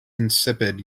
insipid